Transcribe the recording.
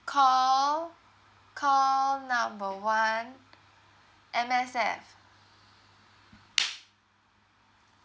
call call number one M_S_F